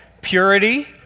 purity